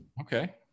Okay